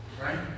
Right